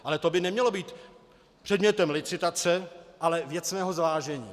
Ale to by nemělo být předmětem licitace, ale věcného zvážení.